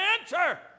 answer